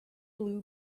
blue